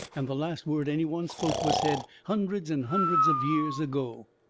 and the last word any one spoke was said hundreds and hundreds of years ago.